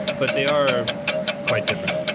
but they are quite different.